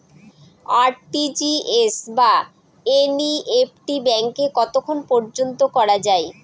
RTGS বা NEFT ব্যাংকে কতক্ষণ পর্যন্ত করা যায়?